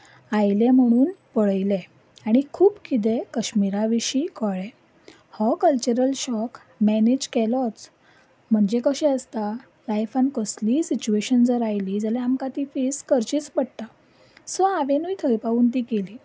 आयलें म्हणून पळयलें आनी खूब कितें कश्मीरा विशीं कळ्ळें हो क्लचरल शॉक मेनेज केलोच म्हणजें कशें आसता लायफान कसलीय सिट्युएशन जर आयली जाल्यार आमकां ती फेस करचीच पडटा सो हांवेनूय थंय पावून ती केली